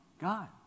God